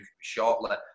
shortly